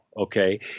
Okay